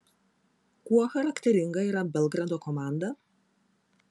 kuo charakteringa yra belgrado komanda